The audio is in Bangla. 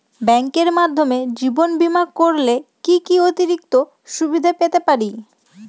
ব্যাংকের মাধ্যমে জীবন বীমা করলে কি কি অতিরিক্ত সুবিধে পেতে পারি?